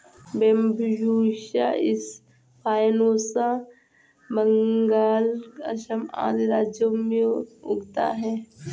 Bambusa स्पायनोसा बंगाल, असम आदि राज्यों में उगता है